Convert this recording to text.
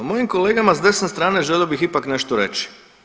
Mojim kolega s desne strane želio bih ipak nešto reći.